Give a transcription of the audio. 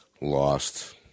Lost